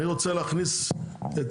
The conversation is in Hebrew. אני רוצה להכניס את,